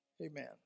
Amen